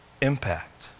impact